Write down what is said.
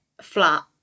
flat